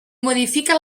modifica